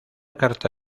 carta